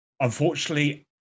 unfortunately